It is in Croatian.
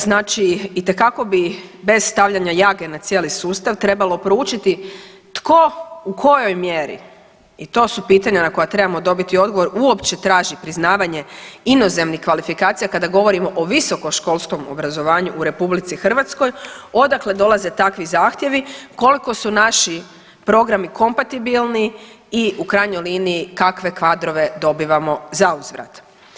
Znači itekako bi bez stavljanje ljage na cijeli sustav trebalo proučiti tko u kojoj mjeri i to su pitanja na koja trebamo dobiti odgovor uopće traži priznavanje inozemnih kvalifikacija kada govorimo o visokoškolskom obrazovanju u RH, odakle dolaze takvi zahtjevi, koliko su naši programi kompatibilni i u krajnjoj liniji kakve kadrove dobivamo zauzvrat.